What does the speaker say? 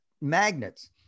magnets